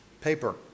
paper